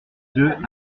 deux